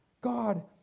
God